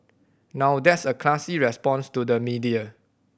now that's a classy response to the media